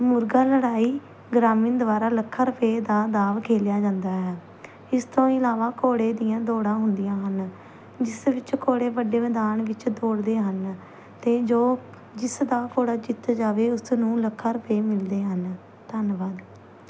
ਮੁਰਗਾ ਲੜਾਈ ਗ੍ਰਾਮੀਣ ਦੁਆਰਾ ਲੱਖਾਂ ਰੁਪਏ ਦਾ ਦਾਓ ਖੇਡਿਆ ਜਾਂਦਾ ਹੈ ਇਸ ਤੋਂ ਇਲਾਵਾ ਘੋੜੇ ਦੀਆਂ ਦੌੜ੍ਹਾਂ ਹੁੰਦੀਆਂ ਹਨ ਜਿਸ ਵਿੱਚ ਘੋੜੇ ਵੱਡੇ ਮੈਦਾਨ ਵਿੱਚ ਦੌੜਦੇ ਹਨ ਅਤੇ ਜੋ ਜਿਸ ਦਾ ਘੋੜਾ ਜਿੱਤ ਜਾਵੇ ਉਸ ਨੂੰ ਲੱਖਾਂ ਰੁਪਏ ਮਿਲਦੇ ਹਨ ਧੰਨਵਾਦ